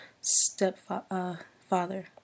stepfather